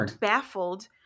baffled